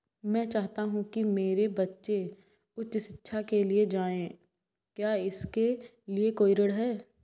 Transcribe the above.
मैं चाहता हूँ कि मेरे बच्चे उच्च शिक्षा के लिए जाएं क्या इसके लिए कोई ऋण है?